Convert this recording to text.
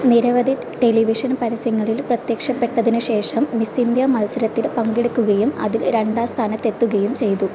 നിരവധി ടെലിവിഷൻ പരസ്യങ്ങളിൽ പ്രത്യക്ഷപ്പെട്ടതിനുശേഷം മിസ്സ് ഇന്ത്യ മത്സരത്തിൽ പങ്കെടുക്കുകയും അതിൽ രണ്ടാം സ്ഥാനത്തെത്തുകയും ചെയ്തു